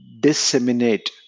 disseminate